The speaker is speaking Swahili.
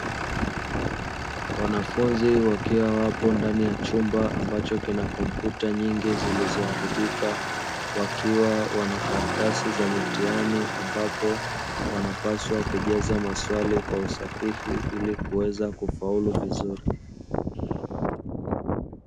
Wanafunzi wakiwa wapo ndani ya chumba ambacho kinakompyuta nyingi zilozoharibika, wakiwa wanakaratasi za mitihani ambapo wanapaswa kujaza maswali kwa usahihi ilikuweza kuafaulu vizuri.